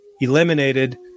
eliminated